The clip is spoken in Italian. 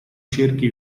cerchi